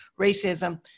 racism